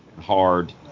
hard